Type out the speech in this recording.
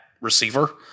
receiver